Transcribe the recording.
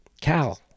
Cal